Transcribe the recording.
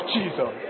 Jesus